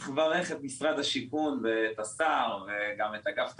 צריך לברך את משרד השיכון ואת השר וגם את אגף התקציבים.